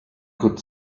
could